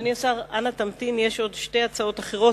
אדוני השר, אנא תמתין, יש עוד שתי הצעות אחרות.